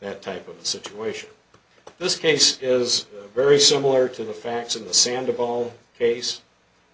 that type of situation this case is very similar to the facts in the sand of all case